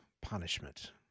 punishment